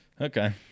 Okay